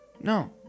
no